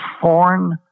foreign